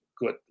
Good